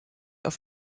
auf